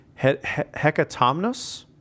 Hecatomnus